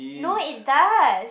no it does